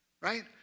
right